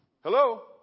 Hello